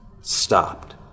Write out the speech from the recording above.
stopped